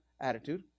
attitude